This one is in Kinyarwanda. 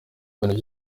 ibintu